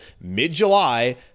mid-July